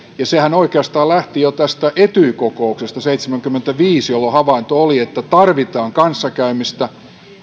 sehän oikeastaan lähti jo tästä etyj kokouksesta vuonna seitsemänkymmentäviisi jolloin havainto oli että tarvitaan kanssakäymistä ajatuksiltaan